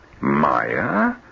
Maya